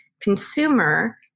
consumer